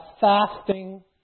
fasting